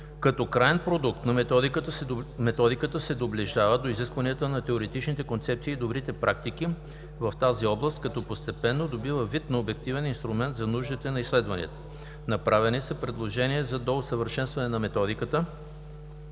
Като краен продукт методиката се доближава до изискванията на теоретичните концепции и добрите практики в тази област, като постепенно добива вид на обективен инструмент за нуждите на изследванията. Направени са предложения за доусъвършенстване на Методиката,